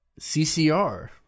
CCR